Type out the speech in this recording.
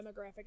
demographic